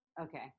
Okay